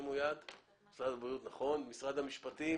למשרד המשפטים,